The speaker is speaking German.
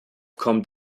kommt